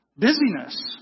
Busyness